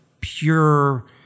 pure